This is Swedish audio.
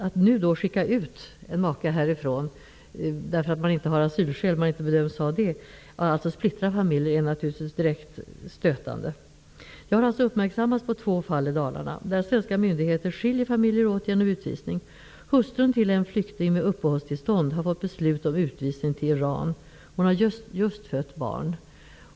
Att skicka ut en maka härifrån, och på så sätt splittra familjer, därför att man inte bedömer att det finns asylskäl är naturligtvis direkt stötande. Jag har uppmärksammats på två fall i Dalarna där svenska myndigheter skiljer familjemedlemmar åt genom utvisning. Hustrun till en flykting med uppehållstillstånd har fått beslut om utvisning till Iran. Hon har just fött barn.